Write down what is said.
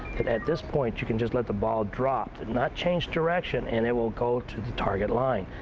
at this point you can just let the ball drop, not change direction, and it will go to the target line.